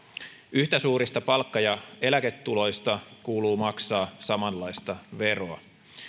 yhtä suurista palkka ja eläketuloista kuuluu maksaa samanlaista veroa